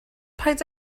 paid